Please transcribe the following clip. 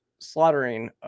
slaughtering